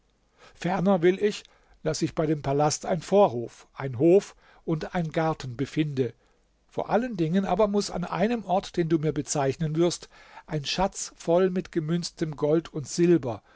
ferner will ich daß sich bei dem palast ein vorhof ein hof und ein garten befinde vor allen dingen aber muß an einem ort den du mir bezeichnen wirst ein schatz voll mit gemünztem gold und silber